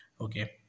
okay